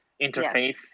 interfaith